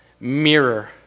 mirror